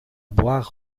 boire